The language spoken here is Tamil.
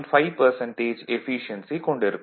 5 எஃபீசியென்சி கொண்டு இருக்கும்